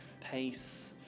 pace